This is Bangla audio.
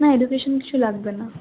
না এডুকেশন কিছু লাগবে না